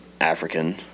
African